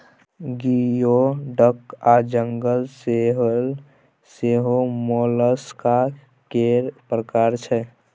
गियो डक आ जंगल सेल सेहो मोलस्का केर प्रकार छै